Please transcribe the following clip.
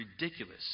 ridiculous